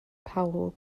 powell